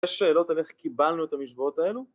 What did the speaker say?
יש שאלות על איך קיבלנו את המשוואות האלו?